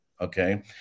Okay